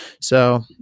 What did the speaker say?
so-